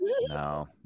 No